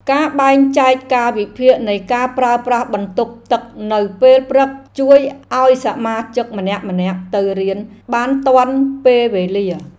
ការបែងចែកកាលវិភាគនៃការប្រើប្រាស់បន្ទប់ទឹកនៅពេលព្រឹកជួយឱ្យសមាជិកម្នាក់ៗទៅរៀនបានទាន់ពេលវេលា។